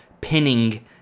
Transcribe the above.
pinning